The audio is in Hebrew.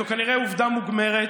זו כנראה עובדה מוגמרת.